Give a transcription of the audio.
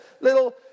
little